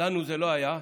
לנו זה לא היה.